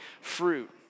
fruit